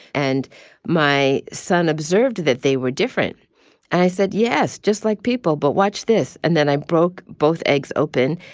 and my son observed that they were different. and i said, yes, just like people. but watch this. and then i broke both eggs open.